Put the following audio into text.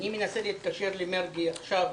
אני מנסה להתקשר לחבר הכנסת מרגי עכשיו,